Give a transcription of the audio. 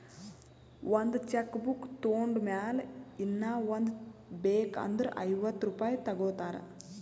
ಒಂದ್ cheque book ತೊಂಡ್ ಮ್ಯಾಲ ಇನ್ನಾ ಒಂದ್ ಬೇಕ್ ಅಂದುರ್ ಐವತ್ತ ರುಪಾಯಿ ತಗೋತಾರ್